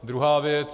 Druhá věc.